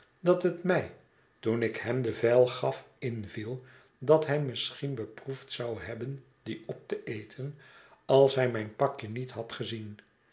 dat het mij toen ik hem de vijl gaf inviel dat hij misschien beproefd zou hebben die op te eten als hij mijn pakje niet had gezien